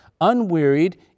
unwearied